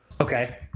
Okay